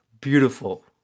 beautiful